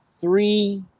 three